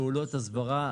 פעולות הסברה.